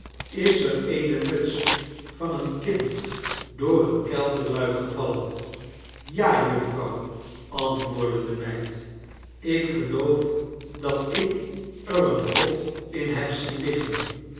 is er eene muts van een kind door een kelderluik gevallen ja juffrouw antwoordde de meid ik geloof dat ik er eene vod in heb zien liggen